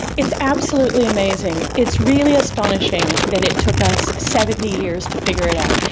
it's absolutely amazing, it's really astonishing that it took us seventy years to figure it out.